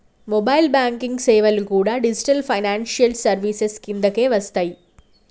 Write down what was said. mobile banking సేవలు కూడా digital financial services కిందకే వస్తయ్యి